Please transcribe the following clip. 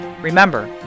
Remember